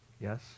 Yes